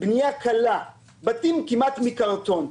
בנייה קלה, בתים כמעט מקרטון.